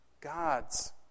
God's